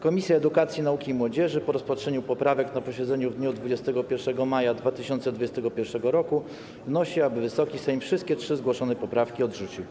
Komisja Edukacji, Nauki i Młodzieży po rozpatrzeniu poprawek na posiedzeniu w dniu 21 maja 2021 r. wnosi, aby Wysoki Sejm wszystkie trzy zgłoszone poprawki odrzucił.